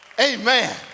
Amen